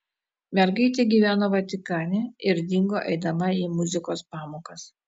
mergaitė gyveno vatikane ir dingo eidama į muzikos pamokas